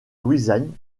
louisiane